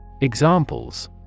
Examples